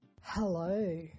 Hello